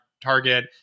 Target